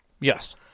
Yes